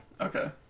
Okay